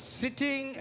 sitting